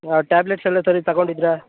ಹಾಂ ಟ್ಯಾಬ್ಲೆಟ್ಸ್ ಎಲ್ಲ ಸರಿಗೆ ತಗೊಂಡಿದ್ರಾ